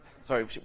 sorry